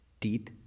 teeth